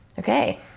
Okay